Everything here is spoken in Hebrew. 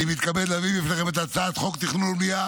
אני מתכבד להביא בפניכם את הצעת חוק התכנון והבנייה